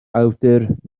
awdur